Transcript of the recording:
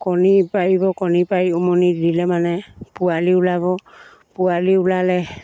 কণী পাৰিব কণী পাৰি উমনি দিলে মানে পোৱালি ওলাব পোৱালি ওলালে